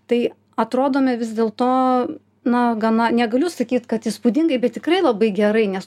tai atrodome vis dėl to na gana negaliu sakyt kad įspūdingai bet tikrai labai gerai nes